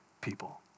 people